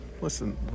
listen